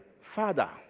Father